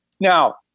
Now